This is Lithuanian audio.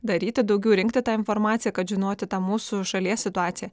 daryti daugiau rinkti tą informaciją kad žinoti tą mūsų šalies situaciją